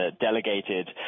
delegated